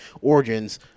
origins